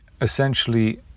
essentially